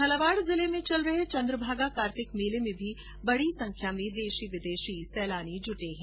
झालावाड जिले में चन्द्रभागा कार्तिक मेले में भी बडी संख्या में देशी विदेशी सैलानी जुटे हैं